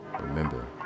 Remember